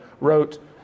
wrote